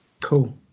cool